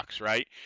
right